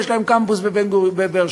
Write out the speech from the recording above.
יש להם קמפוס בבאר-שבע,